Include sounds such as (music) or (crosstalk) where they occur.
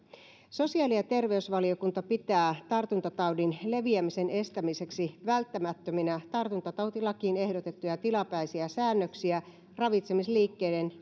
sosiaali ja terveysvaliokunta pitää tartuntataudin leviämisen estämiseksi välttämättöminä tartuntatautilakiin ehdotettuja tilapäisiä säännöksiä ravitsemisliikkeiden (unintelligible)